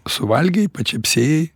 suvalgei pačepsėjai